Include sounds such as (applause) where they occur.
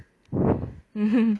(breath) (laughs)